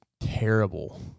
terrible